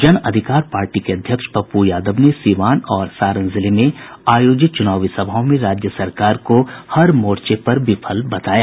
जन अधिकार पार्टी के अध्यक्ष पप्पू यादव ने सीवान और सारण जिले में आयोजित चुनावी सभाओं में राज्य सरकार को हर मोर्चे पर विफल बताया